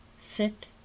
Sit